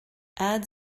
add